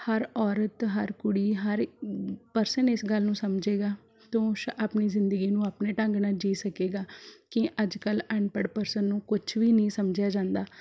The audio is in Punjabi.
ਹਰ ਔਰਤ ਹਰ ਕੁੜੀ ਹਰ ਪਰਸਨ ਇਸ ਗੱਲ ਨੂੰ ਸਮਝੇਗਾ ਤੋਂ ਆਪਣੀ ਜ਼ਿੰਦਗੀ ਨੂੰ ਆਪਣੇ ਢੰਗ ਨਾਲ਼ ਜੀਅ ਸਕੇਗਾ ਕਿ ਅੱਜ ਕੱਲ੍ਹ ਅਨਪੜ੍ਹ ਪਰਸਨ ਨੂੰ ਕੁਝ ਵੀ ਨਹੀਂ ਸਮਝਿਆ ਜਾਂਦਾ